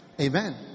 Amen